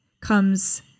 comes